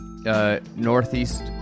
Northeast